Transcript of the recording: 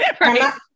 Right